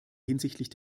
hinsichtlich